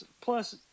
Plus